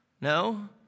No